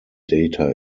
data